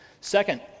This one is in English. Second